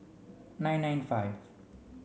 nine nine five